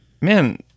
Man